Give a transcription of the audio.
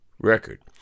record